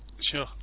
Sure